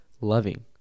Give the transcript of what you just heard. loving